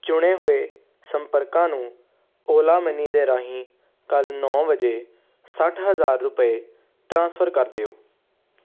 ਚੁਣੇ ਹੋਏ ਸੰਪਰਕਾਂ ਨੂੰ ਓਲਾ ਮਨੀ ਦੇ ਰਾਹੀਂ ਕੱਲ੍ਹ ਨੌਂ ਵਜੇ ਸੱਠ ਹਜ਼ਾਰ ਰੁਪਏ ਟ੍ਰਾਂਸਫਰ ਕਰ ਦਿਓ